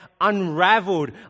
unraveled